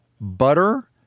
butter